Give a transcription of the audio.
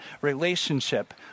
relationship